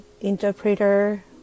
interpreter